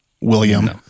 William